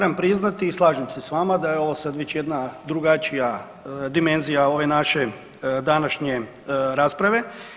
Moram priznati i slažem se s vama da je ovo sad već jedna drugačija dimenzija ove naše današnje rasprave.